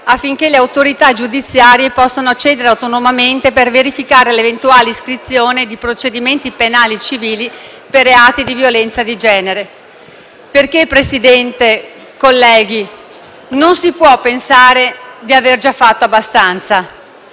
affinché le autorità giudiziarie possano accedere autonomamente per verificare l'eventuale iscrizione di procedimenti penali e civili per reati di violenza di genere. Signor Presidente, colleghi, non si può pensare di aver già fatto abbastanza.